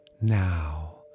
now